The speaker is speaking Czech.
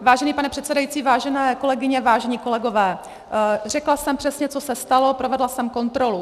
Vážený pane předsedající, vážené kolegyně, vážení kolegové, řekla jsem přesně, co se stalo, provedla jsem kontrolu.